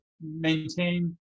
maintain